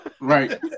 Right